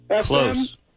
Close